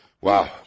Wow